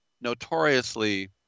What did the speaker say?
notoriously